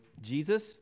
Jesus